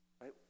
right